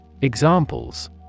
Examples